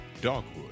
DOGWOOD